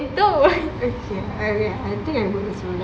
no okay I would I think I do the same